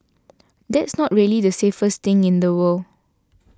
that's not really the safest thing in the world